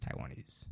Taiwanese